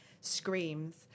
screams